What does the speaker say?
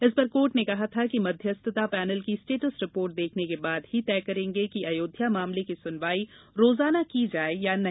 इस पर कोर्ट ने कहा था कि मध्यस्थता पैनल की स्टेटस रिपोर्ट देखने के बाद ही तय करेंगे कि अयोध्या मामले की सुनवाई रोजाना की जाए या नहीं